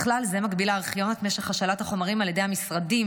בכלל זה מגביל הארכיון את משך השאלת החומרים על ידי המשרדים